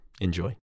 Enjoy